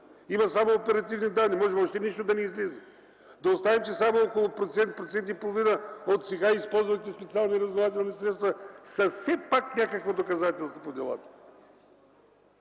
има само оперативни данни, може нищо да не излезе. Да оставим, че само около процент – процент и половина от сега използваните специални разузнавателни средства са все пак някакво доказателство по делата.